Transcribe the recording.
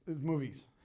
movies